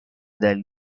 del